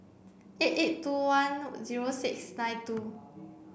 eight eight two one zero six nine two